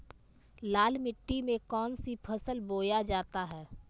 लाल मिट्टी में कौन सी फसल बोया जाता हैं?